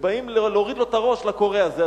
ובאים להוריד לו את הראש, לכורה הזה.